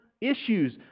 Issues